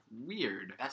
weird